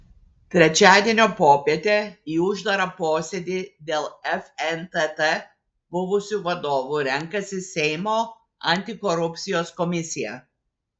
trečiadienio popietę į uždarą posėdį dėl fntt buvusių vadovų renkasi seimo antikorupcijos komisija